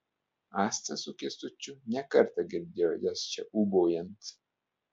asta su kęstučiu ne kartą girdėjo jas čia ūbaujant